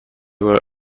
were